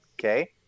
okay